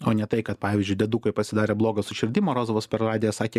o ne tai kad pavyzdžiui diedukui pasidarė bloga su širdim morozovas per radiją sakė